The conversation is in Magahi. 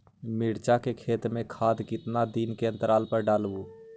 मिरचा के खेत मे खाद कितना दीन के अनतराल पर डालेबु?